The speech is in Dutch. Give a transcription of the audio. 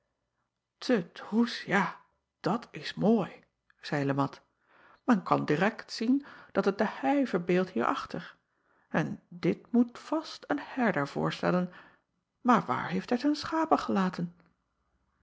e droes ja dat s mooi zeî e at men kan direkt zien dat het de hei verbeeldt hierachter n dit moet vast een herder voorstellen aar waar heeft hij zijn schapen gelaten